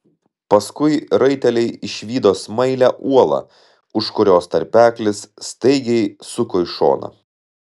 paskui raiteliai išvydo smailią uolą už kurios tarpeklis staigiai suko į šoną